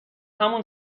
همون